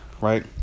right